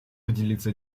поделиться